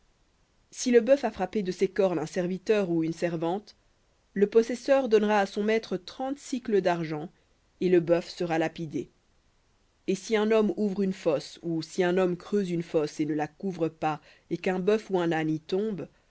si le bœuf a frappé de ses cornes un serviteur ou une servante le possesseur donnera à son maître trente sicles d'argent et le bœuf sera lapidé v ou et si un homme ouvre une fosse ou si un homme creuse une fosse et ne la couvre pas et qu'un bœuf ou un âne y tombe